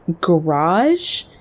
garage